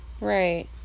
Right